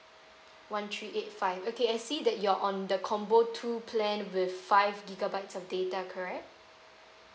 one three eight five okay I see that you're on the combo two plan with five gigabytes of data correct